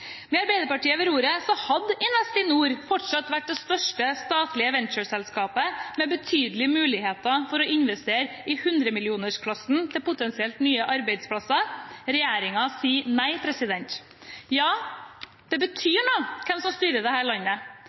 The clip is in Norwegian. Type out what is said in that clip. Med Arbeiderpartiet ved roret hadde Investinor fortsatt vært det største statlige ventureselskapet med betydelige muligheter for å investere i hundremillionersklassen til potensielt nye arbeidsplasser. Regjeringen sier nei. Ja, det betyr noe hvem som styrer dette landet.